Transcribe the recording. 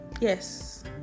yes